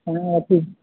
हा हा ठीक